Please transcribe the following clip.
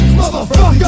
motherfucker